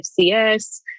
fcs